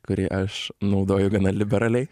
kurį aš naudoju gana liberaliai